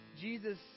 Jesus